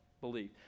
believe